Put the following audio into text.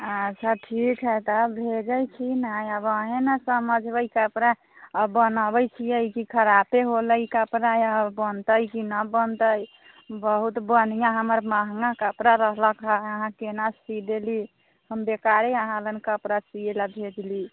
अच्छा ठीक हइ तब भेजै छी ने आब अहीँ ने समझबै कपड़ा अब बनाबै छिए कि खराबे हौले ई कपड़ा बनतै कि नहि बनतै बहुत बढ़िआँ हमर महगा कपड़ा रहलै रहै अहाँ केना सी देली हम बेकारे अहाँलग कपड़ा सिएलै भेजली